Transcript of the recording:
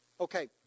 Okay